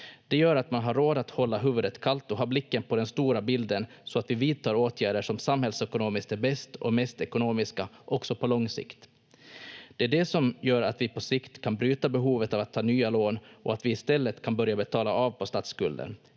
Det gör att man har råd att hålla huvudet kallt och ha blicken på den stora bilden, så att vi vidtar åtgärder som samhällsekonomiskt är bäst och mest ekonomiska också på lång sikt. Det är det som gör att vi på sikt kan bryta behovet av att ta nya lån och att vi i stället kan börja betala av på statsskulden.